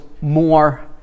more